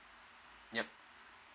yup